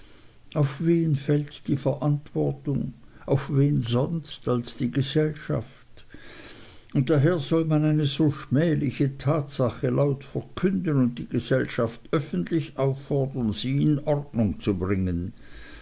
auf wen fällt die verantwortung auf wen sonst als auf die gesellschaft und daher soll man eine so schmähliche tatsache laut verkünden und die gesellschaft öffentlich auffordern sie in ordnung zu bringen